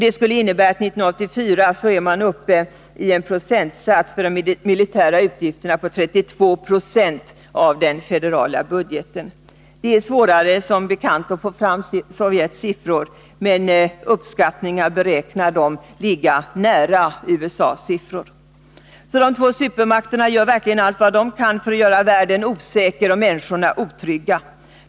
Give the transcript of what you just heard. Det skulle innebära att de militära utgifterna 1984 kommer att utgöra 32 20 av den federala budgeten. Det är som bekant svårare att få fram Sovjets siffror, men enligt uppskattningar beräknas de ligga nära USA:s siffror. De två supermakterna gör således verkligen allt vad de kan för att göra världen osäker och människorna otrygga.